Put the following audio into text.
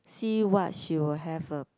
see what she will have a